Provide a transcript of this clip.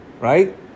Right